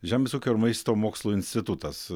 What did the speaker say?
žemės ūkio ir maisto mokslo institutas